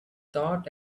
thought